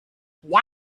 why